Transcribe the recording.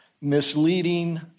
misleading